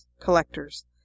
collectors